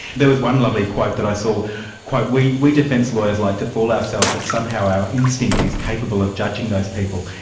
there was one lovely quote that i so saw we we defence lawyers like to fool ourselves that somehow our instinct is capable of judging those people,